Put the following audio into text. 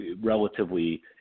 relatively